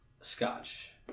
Scotch